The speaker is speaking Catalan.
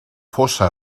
fossa